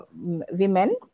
women